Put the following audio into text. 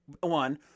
one